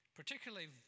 particularly